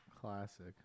Classic